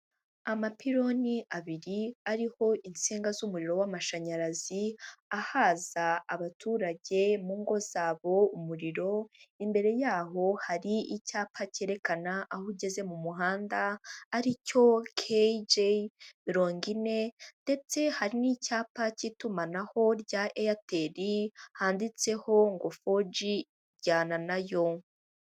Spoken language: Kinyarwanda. Amapironi abiri ariho insinga z'umuriro w'amashanyarazi, ahaza abaturage mu ngo zabo umuriro, imbere yaho hari icyapa cyerekana aho ugeze mu muhanda, ari cyo keyi jeyi mirongo ine ndetse hari n'icyapa cy'itumanaho rya Eyateli, handitseho ngo foji, jyana na yo.